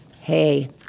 hey